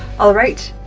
all right,